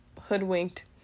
hoodwinked